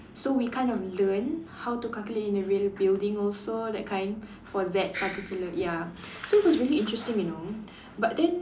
so we kind of learned how to calculate in a real building also that kind for that particular ya so it was really interesting you know but then